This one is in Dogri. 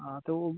हां ते ओह्